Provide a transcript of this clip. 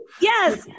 Yes